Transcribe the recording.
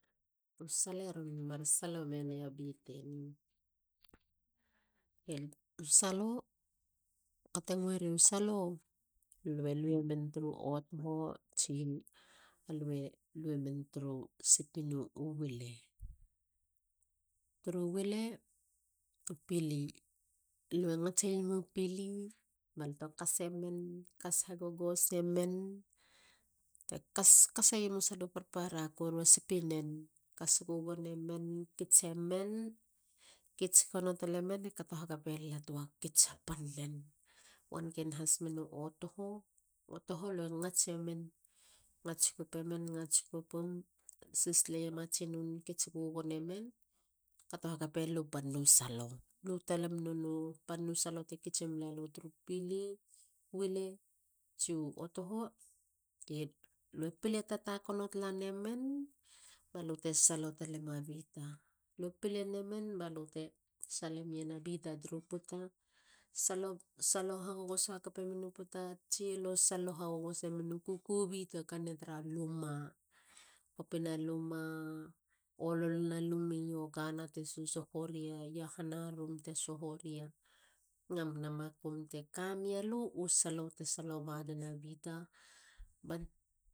U salo eron mar salo menia biteni. U salo. kate ngueriu salo lue. luemen turu otoho tsi a lua luemen turu sipi. nu wila u pili. lue ngatseiemu pili balute kasemen. kas hagogosemen balute kasemu salo. parpara koru a sipinen. kas gugonemen. kitse men. kits gono talemen. e kato hakape lala tua kits a pan ne. Wanken has me nu otoho. otoholue ngatsemen. ngats kupemen. ngats kupum. sis taleiema tsinu nen. kits gugonemen e kato hakape lalu panu salo. Lu talem u panu salo te kitse mulalu tru pili. wile tsiu otoho. oke. lo pile tatakono talanamen balu te salo talema bita. lo pilenemen balute salo mien a bita. tru puta. salo hagogosemen i puta tsi lo salo hagogosemen u kukubi yru luma. kopina luma. ololona lume iogana te susohoria i iahana rum te soho ria. Mamana makum te ka mialu u salo te salo banena bita